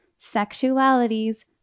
Sexualities